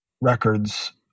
records